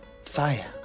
Fire